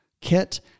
Kit